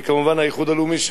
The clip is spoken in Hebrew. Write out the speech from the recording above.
וכמובן האיחוד הלאומי,